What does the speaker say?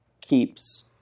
keeps